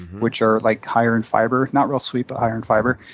which are like higher in fiber, not real sweet but higher in fiber,